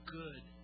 good